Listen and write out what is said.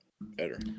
better